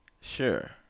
Sure